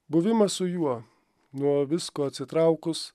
buvimas su juo nuo visko atsitraukus